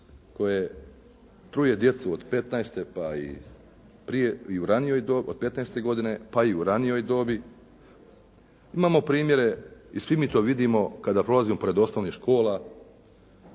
u ranijoj dobi, od 15. godine pa i u ranijoj dobi. Imamo primjere i svi mi to vidimo kada prolazimo pored osnovnih škola,